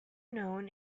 known